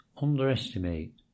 underestimate